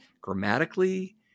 grammatically